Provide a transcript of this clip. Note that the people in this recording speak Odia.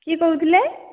କିଏ କହୁଥିଲେ